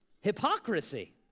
hypocrisy